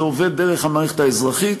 זה עובד דרך המערכת האזרחית.